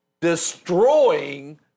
destroying